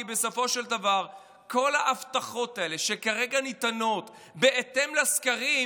כי בסופו של דבר כל ההבטחות האלה שכרגע ניתנות בהתאם לסקרים,